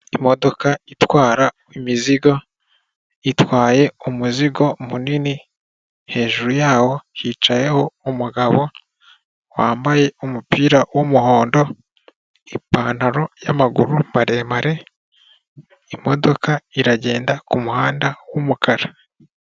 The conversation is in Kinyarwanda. Imodoka itwara imizigo, itwaye umuzigo munini, hejuru yawo hicayeho umugabo wambaye umupira w'umuhondo, ipantaro y'amaguru maremare. Imodoka iragenda ku muhanda w'umukara.